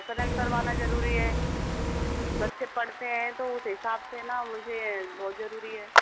connect करवाना जरूरी है बच्चे पढ़ते हैं तो उस हिसाब से ना मुझे बहुत ज़रूरी है